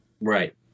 right